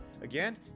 Again